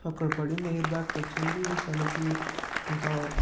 అక్కడ పడింది air bags వచ్చింది తనకి ఇంకా